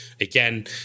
again